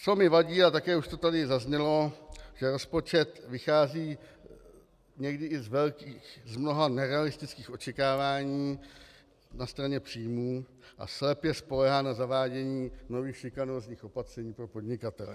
Co mi vadí, a také už to tady zaznělo, že rozpočet vychází někdy i z velkých, z mnoha nerealistických očekávání na straně příjmů a slepě spoléhá na zavádění nových šikanózních opatření pro podnikatele.